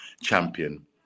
champion